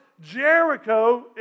Jericho